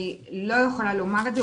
אני לא יכולה לומר את זה.